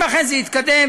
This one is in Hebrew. אם אכן זה יתקדם,